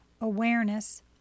Awareness